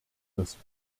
müssen